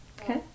Okay